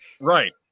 Right